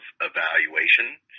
evaluation